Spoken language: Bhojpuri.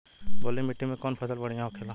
बलुई मिट्टी में कौन फसल बढ़ियां होखे ला?